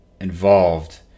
involved